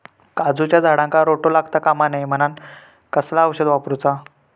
काजूच्या झाडांका रोटो लागता कमा नये म्हनान कसला औषध वापरूचा?